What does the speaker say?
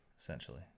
essentially